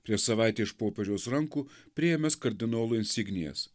prieš savaitę iš popiežiaus rankų priėmęs kardinolų insignijas